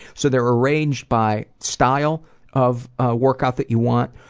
so they're arranged by style of ah workout that you want,